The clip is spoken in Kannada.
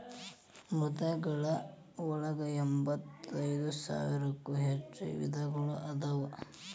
ಮೃದ್ವಂಗಿಗಳ ಒಳಗ ಎಂಬತ್ತೈದ ಸಾವಿರಕ್ಕೂ ಹೆಚ್ಚ ವಿಧಗಳು ಅದಾವ